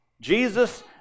Jesus